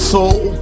soul